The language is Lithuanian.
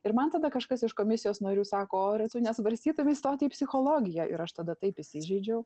ir man tada kažkas iš komisijos narių sako o ar tu nesvarstytum įstoti į psichologiją ir aš tada taip įsižeidžiau